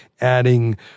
adding